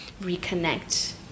reconnect